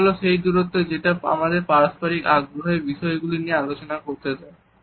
এটা হল সেই দূরত্ব যেটা আমাদের পারস্পরিক আগ্রহের বিষয়গুলি নিয়ে আলোচনা করতে দেয়